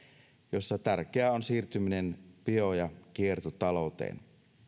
jossa tärkeää on siirtyminen bio ja kiertotalouteen